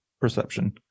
perception